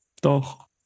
Doch